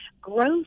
growth